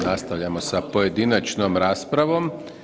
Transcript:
Nastavljamo sa pojedinačnom raspravom.